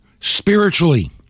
spiritually